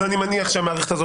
אני מניח שהמערכת הזו